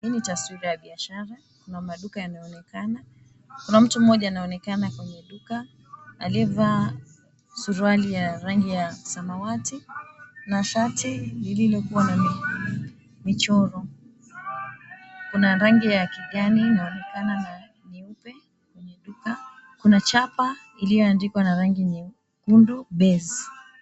Hii ni taswira ya biashara. Kuna maduka yanaonekana. Kuna mtu mmoja anaonekana kwenye duka aliyevaa suruali ya rangi ya samawati na shati lililokuwa na michoro. Kuna rangi ya kijani inaonekana na nyeupe kwenye duka. Kuna chapa iliyoandikwa na rangi nyekundu, Base .